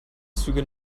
züge